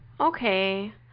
Okay